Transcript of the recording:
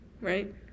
right